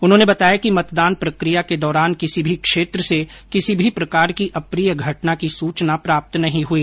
उन्होंने बताया कि मतदान प्रक्रिया के दौरान किसी भी क्षेत्र से किसी भी प्रकार की अप्रिय घटना की सूचना प्राप्त नहीं हुई